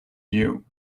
you